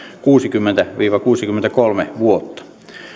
kuusikymmentä viiva kuusikymmentäkolme vuotta